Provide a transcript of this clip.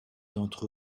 d’entre